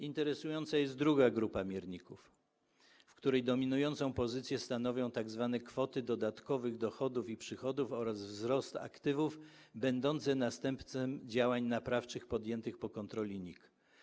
Interesująca jest druga grupa mierników, w której dominującą pozycję stanowią tzw. kwoty dodatkowych dochodów i przychodów oraz wzrost aktywów, będące następstwem działań naprawczych podjętych po kontroli NIK.